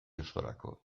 osorako